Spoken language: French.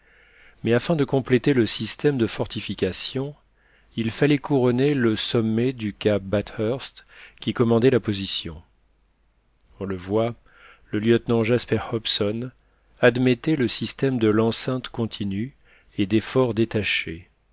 mais afin de compléter le système de fortification il fallait couronner le sommet du cap bathurst qui commandait la position on le voit le lieutenant jasper hobson admettait le système de l'enceinte continue et des forts détachés